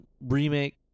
remake